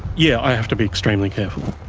yeah i have to be extremely careful.